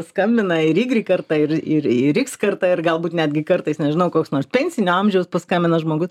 skambina ir ygrik karta ir ir iks karta ir galbūt netgi kartais nežinau koks nors pensinio amžiaus paskambina žmogus